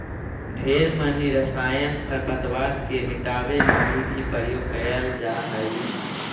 ढेर मनी रसायन खरपतवार के मिटाबे लागी भी प्रयोग कएल जा हई